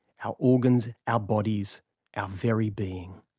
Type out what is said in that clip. our organs, our bodies our very being.